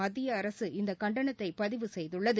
மத்திய அரசு இந்த கண்டனத்தை பதிவு செய்துள்ளது